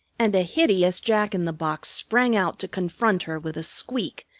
and a hideous jack-in-the-box sprang out to confront her with a squeak,